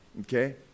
Okay